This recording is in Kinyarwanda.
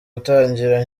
gutangira